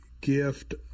gift